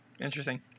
Interesting